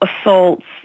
assaults